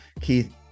keith